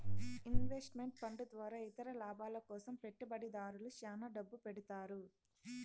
invest meant fund ద్వారా ఇతర లాభాల కోసం పెట్టుబడిదారులు శ్యాన డబ్బు పెడతారు